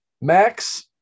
max